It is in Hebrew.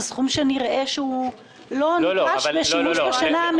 נראה שזה לא סכום שנדרש לשימוש בשנה הקרובה.